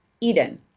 EDEN